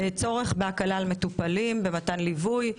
צורך בהקלה על מטופלים במתן ליווי.